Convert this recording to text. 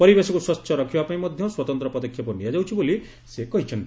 ପରିବେଶକୁ ସ୍ୱଚ୍ଛ ରଖିବାପାଇଁ ମଧ୍ୟ ସ୍ୱତନ୍ତ୍ର ପଦକ୍ଷେପ ନିଆଯାଉଛି ବୋଲି ସେ କହିଛନ୍ତି